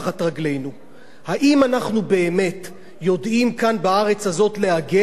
האם אנחנו כאן בארץ הזאת באמת יודעים להגן על הספרות הישראלית?